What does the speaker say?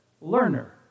Learner